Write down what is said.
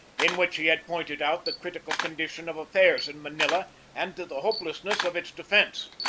in which he had pointed out the critical condition of affairs in manila and the hopelessness of its defence,